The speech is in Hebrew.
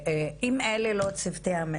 אם אלה לא צוותי,